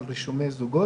על רישומי זוגות